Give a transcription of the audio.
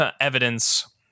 evidence